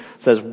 says